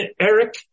Eric